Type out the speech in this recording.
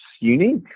unique